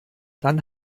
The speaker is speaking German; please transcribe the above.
dann